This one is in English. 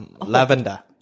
lavender